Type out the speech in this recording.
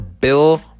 Bill